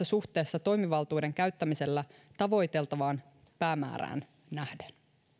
suhteessa toimivaltuuden käyttämisellä tavoiteltavaan päämäärään nähden